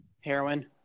Heroin